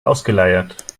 ausgeleiert